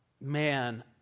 man